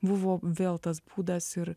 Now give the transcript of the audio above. buvo vėl tas būdas ir